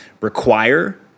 require